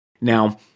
Now